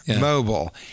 Mobile